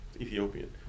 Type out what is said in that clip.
Ethiopian